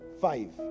Five